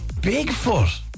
Bigfoot